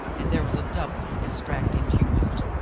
and there was a double dis tracting tumult.